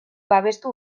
babestu